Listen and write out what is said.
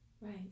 Right